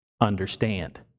Understand